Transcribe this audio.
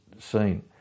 seen